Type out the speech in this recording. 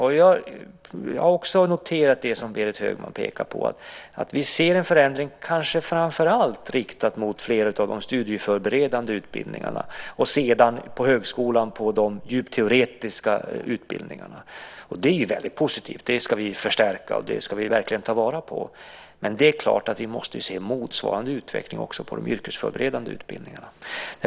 Jag har också noterat det som Berit Högman pekar på, att vi ser en förändring kanske framför allt riktad mot fler av de studieförberedande utbildningarna och sedan på högskolan på de djupt teoretiska utbildningarna. Det är väldigt positivt. Det ska vi förstärka och verkligen ta vara på. Men vi måste se motsvarande utveckling på de yrkesförberedande utbildningarna.